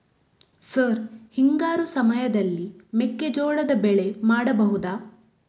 Sir ಹಿಂಗಾರು ಸಮಯದಲ್ಲಿ ಮೆಕ್ಕೆಜೋಳದ ಬೆಳೆ ಮಾಡಬಹುದಾ?